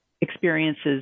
experiences